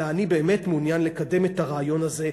אלא אני באמת מעוניין לקדם את הרעיון הזה.